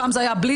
פעם זה היה בלי,